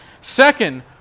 Second